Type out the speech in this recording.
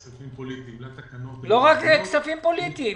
לתקנות --- לא רק כספים פוליטיים.